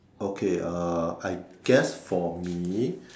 okay uh I guess for me